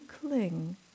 cling